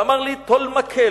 ואמר לי: טול מקל,